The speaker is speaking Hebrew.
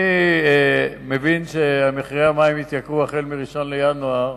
אני מבין שמחירי המים יתייקרו החל מ-1 בינואר,